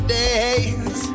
days